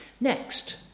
Next